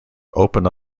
opened